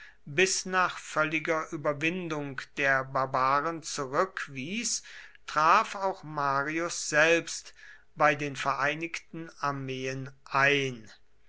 bis nach völliger überwindung der barbaren zurückwies traf auch marius selbst bei den vereinigten armeen ein